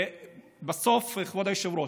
בסוף, כבוד היושב-ראש,